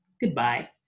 goodbye